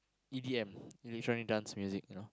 E_D_M electronic dance music